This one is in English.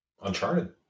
uncharted